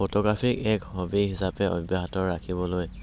ফটোগ্ৰাফীক এক হ'বী হিচাপে অব্য়াহত ৰাখিবলৈ